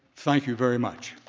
thank you very much.